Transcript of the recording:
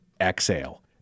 exhale